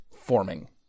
forming